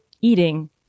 eating